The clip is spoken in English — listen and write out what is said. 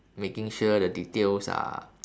making sure that the details are